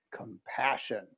Compassion